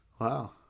Wow